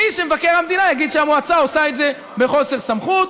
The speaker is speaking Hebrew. בלי שמבקר המדינה יגיד שהמועצה עושה את זה בחוסר סמכות,